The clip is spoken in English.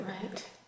Right